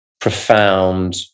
profound